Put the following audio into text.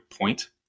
point